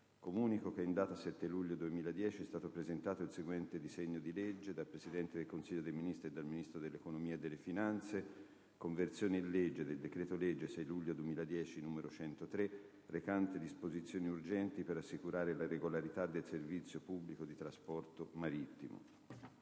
Comunico che in data 7 luglio 2010 è stato presentato il seguente disegno di legge: *dal Presidente del Consiglio dei ministri e dal Ministro dell'economia e delle finanze:* «Conversione in legge del decreto-legge 6 luglio 2010, n. 103, recante disposizioni urgenti per assicurare la regolarità del servizio pubblico di trasporto marittimo»